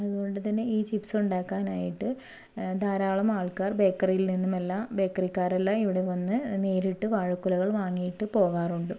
അതുകൊണ്ടു തന്നെ ഈ ചിപ്സ് ഉണ്ടാക്കാനായിട്ട് ധാരാളം ആള്ക്കാര് ബേക്കറിയില് നിന്നുമെല്ലാം ബേക്കറിക്കാരെല്ലാം ഇവിടെ വന്ന് നേരിട്ട് വാഴക്കുലകള് വാങ്ങിയിട്ട് പോകാറുണ്ട്